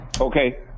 okay